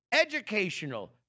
Educational